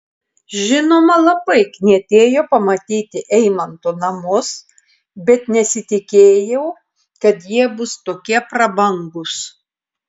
žinoma labai knietėjo pamatyti eimanto namus bet nesitikėjau kad jie bus tokie prabangūs